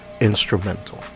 Instrumental